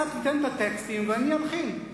אתה תיתן את הטקסטים ואני אלחין,